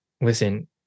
listen